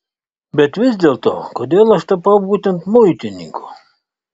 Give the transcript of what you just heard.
bet vis dėlto kodėl aš tapau būtent muitininku